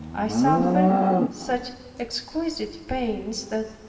i suffered such exquisite pains that,